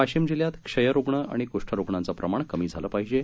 वाशिम जिल्ह्यात क्षयरुग्ण आणि क्ष्ठरुग्णांचे प्रमाण कमी झाले पाहिजे